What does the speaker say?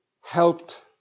helped